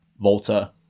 Volta